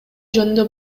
жөнүндө